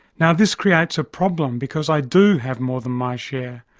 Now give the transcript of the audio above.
now this creates a problem, because i do have more than my share,